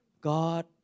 God